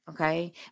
okay